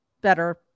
Better